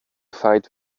fight